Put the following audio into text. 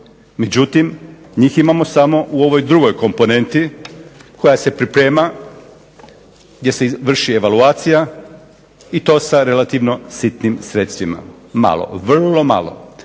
Međutim, njih imamo samo u ovoj drugoj komponenti koja se priprema, gdje se vrši evaluacija i to sa relativno sitnim sredstvima. Malo, vrlo malo.